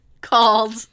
called